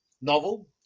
novel